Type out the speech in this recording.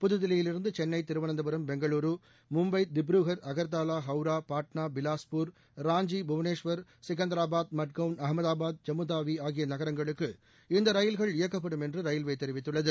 புதுதில்லியில் இருந்து சென்னை திருவனந்தபுரம் பெங்களூர் மும்பை திப்ரூகர் அகர்தலா ஹவுரா பாட்னா பிவாஸ்பூர் ராஞ்சி புவனேஷ்வர் செகந்திராபாத் மட்கவுன் அகமதாபாத் ஜம்முதாவி ஆகிய நகரங்களுக்கு இந்த ரயில்கள் இயக்கப்படும் என்று ரயில்வே தெரிவித்துள்ளது